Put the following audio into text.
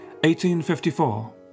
1854